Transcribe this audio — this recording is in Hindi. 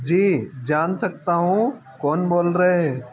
जी जान सकता हूँ कौन बोल रहे